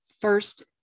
first